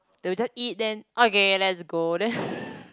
they will just eat then okay let's go then